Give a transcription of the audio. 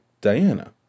Diana